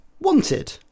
wanted